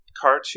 cartoon